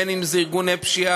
בין שזה ארגוני פשיעה,